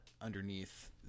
underneath